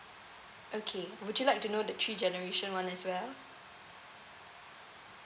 okay would you like to know the three generation one as well